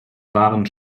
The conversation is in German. waren